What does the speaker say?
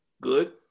good